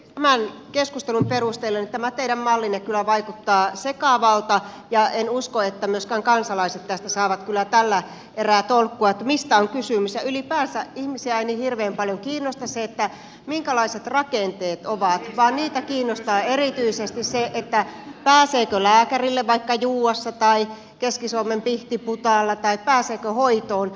tämän keskustelun perusteella tämä teidän mallinne kyllä vaikuttaa sekavalta ja en usko että myöskään kansalaiset tästä saavat tällä erää tolkkua että mistä on kysymys ja ylipäänsä ihmisiä ei niin hirveän paljon kiinnosta se minkälaiset rakenteet ovat vaan heitä kiinnostaa erityisesti se pääseekö lääkärille vaikka juuassa tai keski suomen pihtiputaalla tai pääseekö hoitoon